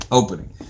opening